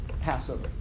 Passover